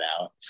out